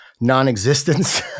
non-existence